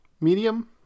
medium